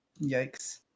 Yikes